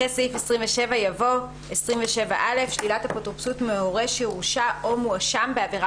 אחרי סעיף 27 יבוא: "שלילת אפוטרופסות מהורה שהורשע או הואשם בעבירה